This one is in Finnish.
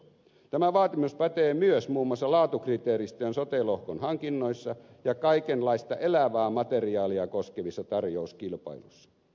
tämä vaatimus pätee myös muun muassa laatukriteeristöön sote lohkon hankinnoissa ja kaikenlaista elävää materiaalia koskevissa tarjouskilpailuissa